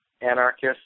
anarchist